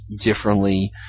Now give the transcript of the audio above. differently